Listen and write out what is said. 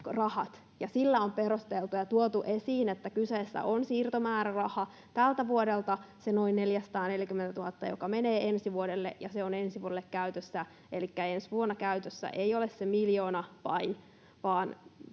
sillä on perusteltu ja tuotu esiin, että kyseessä on siirtomääräraha tältä vuodelta, se noin 440 000, joka menee ensi vuodelle, ja se on ensi vuodelle käytössä. Elikkä ensi vuonna käytössä ei ole vain se miljoona vaan vajaa